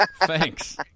thanks